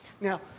Now